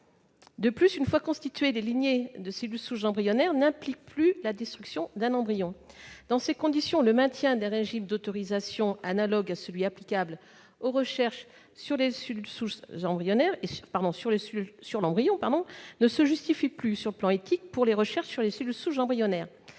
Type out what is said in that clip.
De plus, une fois qu'elles sont constituées, les lignées de cellules souches embryonnaires n'impliquent plus la destruction d'un embryon. Dans ces conditions, le maintien d'un régime d'autorisation analogue à celui qui est applicable aux recherches sur l'embryon ne se justifie plus, éthiquement, pour les recherches qui portent sur les cellules souches embryonnaires.